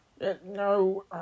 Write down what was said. No